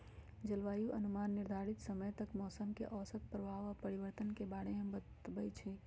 जलवायु अनुमान निर्धारित समय तक मौसम के औसत प्रभाव आऽ परिवर्तन के बारे में बतबइ छइ